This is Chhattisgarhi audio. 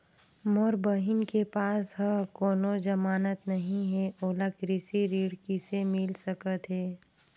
मोर बहिन के पास ह कोनो जमानत नहीं हे, ओला कृषि ऋण किसे मिल सकत हे?